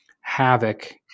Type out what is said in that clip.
havoc